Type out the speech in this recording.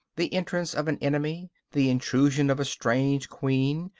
the entrance of an enemy, the intrusion of a strange queen,